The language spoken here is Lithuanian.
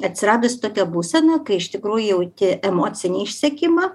atsiradus tokia būsena kai iš tikrųjų jauti emocinį išsekimą